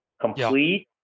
complete